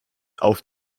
auf